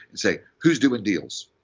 and say, who's doing deals?